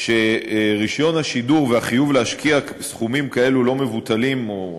שרישיון השידור והחיוב להשקיע סכומים לא מבוטלים כאלה,